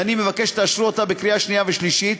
ואני מבקש שתאשרו אותה בקריאה השנייה והשלישית.